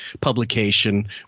publication